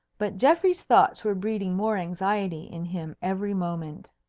but geoffrey's thoughts were breeding more anxiety in him every moment.